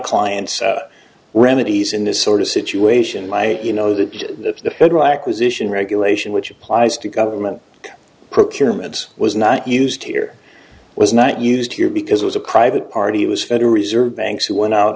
client's remedies in this sort of situation my you know that the federal acquisition regulation which applies to government procurement was not used here was not used here because it was a private party it was federal reserve banks who went out